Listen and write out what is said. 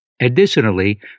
Additionally